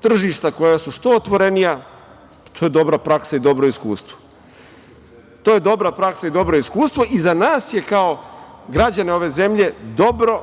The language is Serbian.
tržišta koja su što otvorenija. To je dobra praksa i dobro iskustvo i za nas je kao građane ove zemlje dobro